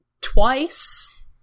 Twice